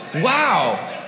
wow